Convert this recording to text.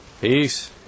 Peace